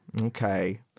Okay